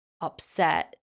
upset